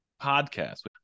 podcast